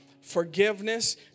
forgiveness